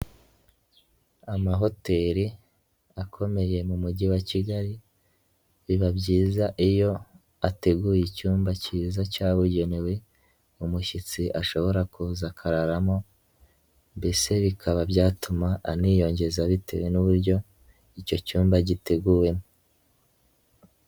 Amahoteli akomeye mu mujyi wa Kigali biba byiza iyo ateguye icyumba kiza cyabugenewe umushyitsi ashobora kuza akararamo mbese bikaba byatuma aniyongeza bitewe n'uburyo icyo cyumba giteguwemo.